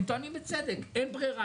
הם טוענים בצדק: אין ברירה,